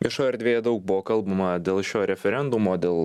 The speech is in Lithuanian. viešoj erdvėj daug buvo kalbama dėl šio referendumo dėl